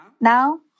Now